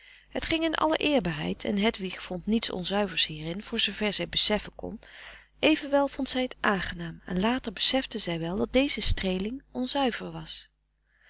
het ging in alle eerbaarheid en hedwig vond niets onzuivers hierin voor zoover zij beseffen kon evenwel vond zij het aangenaam en later besefte zij wel dat deze streeling onzuiver was